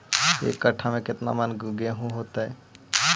एक कट्ठा में केतना मन गेहूं होतै?